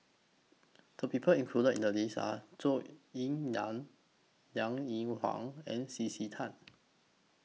The People included in The list Are Zhou Ying NAN Liang Eng Hwa and C C Tan